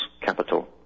Capital